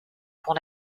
pour